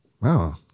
wow